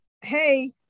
Hey